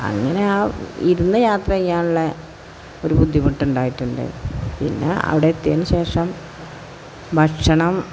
അങ്ങനെ ആ ഇരുന്ന് യാത്ര ചെയ്യാനുള്ളാ ഒരു ബുദ്ധിമുട്ടുണ്ടായിട്ടുണ്ട് പിന്നെ അവിടെ എത്തിയതിന് ശേഷം ഭക്ഷണം